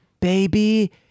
baby